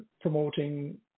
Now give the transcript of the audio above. promoting